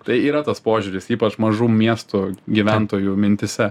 tai yra tas požiūris ypač mažų miestų gyventojų mintyse